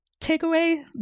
takeaway